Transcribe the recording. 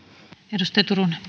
arvoisa